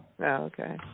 okay